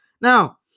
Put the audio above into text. Now